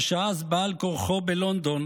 ששהה אז בעל כורחו בלונדון,